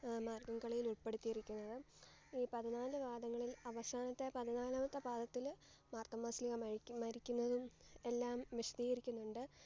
മാർഗ്ഗം കളിയിൽ ഉൾപ്പെടുത്തിയിരിക്കുന്നത് ഈ പതിനാല് പാദങ്ങളിൽ അവസാനത്തെ പതിനാലാമത്തെ പാദത്തിൽ മാർത്തോമാ ശ്ലീഹ മരിക്കുന്നതും എല്ലാം വിശദീകരിക്കുന്നുണ്ട്